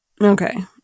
Okay